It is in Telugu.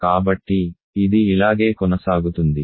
కాబట్టి ఇది ఇలాగే కొనసాగుతుంది